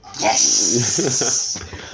yes